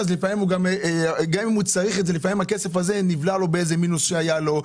לפעמים הכסף הזה נבלע לו באיזה מינוס שהיה לו.